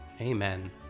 Amen